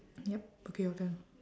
yup okay your turn